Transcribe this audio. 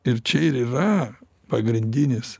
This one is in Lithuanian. ir čia ir yra pagrindinis